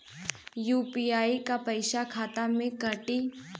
UPI क पैसा खाता से कटी?